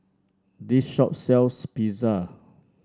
this shop sells Pizza